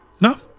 no